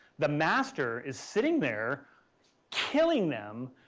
the master is sitting there killing them,